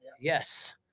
yes